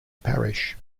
parish